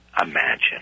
imagine